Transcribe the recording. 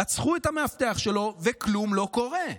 רצחו את המאבטח שלו, וכלום לא קורה.